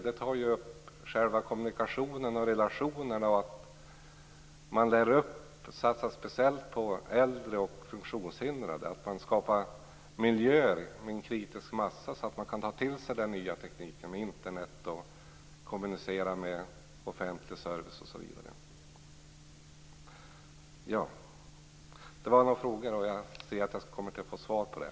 Vi tar upp själva kommunikationen och relationerna, att lära upp och satsa speciellt på äldre och funktionshindrade, skapa miljöer med en kritisk massa, så att man kan ta till sig den nya tekniken och Internet och kan kommunicera med offentlig service osv. Det var några frågor, och jag ser nu att jag kommer att få svar på dem.